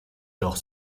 doch